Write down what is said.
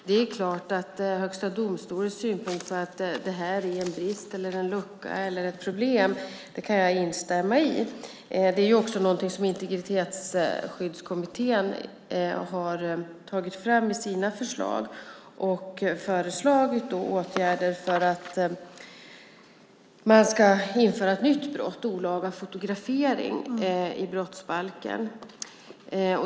Det är klart att jag kan instämma i Högsta domstolens synpunkt att det här är en brist, en lucka eller ett problem. Det är också någonting som Integritetsskyddskommittén har tagit fram i sina förslag. De har föreslagit att man ska införa ett nytt brott, olaga fotografering, i brottsbalken.